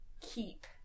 keep